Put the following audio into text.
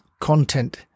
content